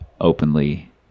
openly